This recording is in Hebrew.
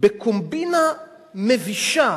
בקומבינה מבישה,